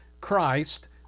Christ